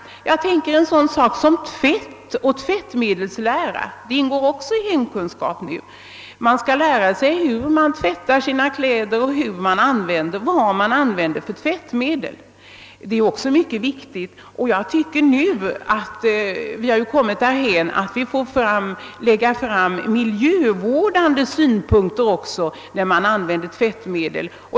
Jag tänker på en sådan sak som tvättoch tvättmedelslära. Detta ingår också i hemkunskapen numera: man skall lära sig hur man tvättar sina kläder och vilka tvättmedel som skall användas. Det är viktigt, och vi har nu kommit därhän att vi får anlägga miljövårdssynpunkter också när det gäller användandet av tvättmedel.